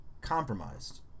compromised